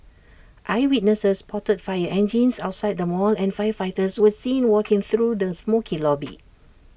eyewitnesses spotted fire engines outside the mall and firefighters were seen walking through the smokey lobby